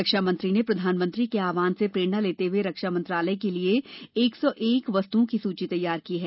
रक्षामंत्री ने प्रधानमंत्री के आहवान से प्रेरणा लेते हुए रक्षा मंत्रालय के लिये एक सौ एक वस्तुओं की सूची तैयार की है